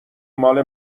ماله